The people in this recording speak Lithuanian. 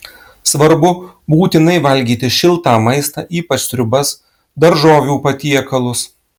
svarbu būtinai valgyti šiltą maistą ypač sriubas daržovių patiekalus